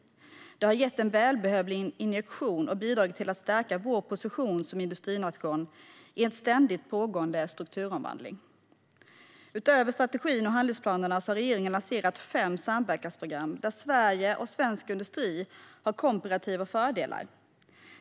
Det har gett en välbehövlig injektion och bidragit till att stärka vår position som industrination i en ständigt pågående strukturomvandling. Utöver strategin och handlingsplanerna har regeringen lanserat fem samverkansprogram där Sverige och svensk industri har komparativa fördelar.